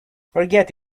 forget